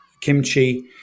kimchi